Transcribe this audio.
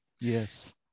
Yes